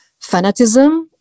fanatism